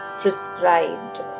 prescribed